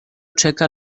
czeka